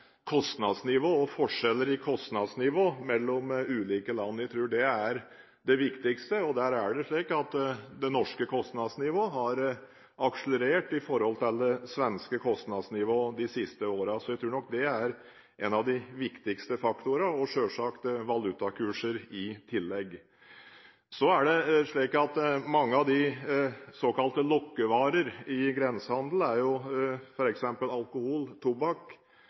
og forskjeller i kostnadsnivå mellom ulike land. Jeg tror det er det viktigste. Det norske kostnadsnivået har akselerert i forhold til det svenske kostnadsnivået de siste årene. Jeg tror nok det er en av de viktigste faktorene, selvsagt i tillegg til valutakurser. Såkalte lokkevarer i grensehandelen er f.eks. alkohol, tobakk, sjokolade og andre varer av den typen. Dette er avgiftsbelagte varer. Avgiftene har flere formål. Et formål er